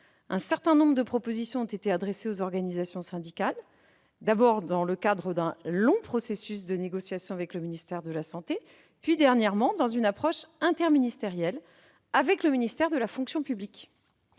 Un certain nombre de propositions ont été adressées aux organisations syndicales, d'abord dans le cadre d'un long processus de négociation avec le ministère de la santé, puis dernièrement dans une approche interministérielle, en association avec le ministère de la fonction publique.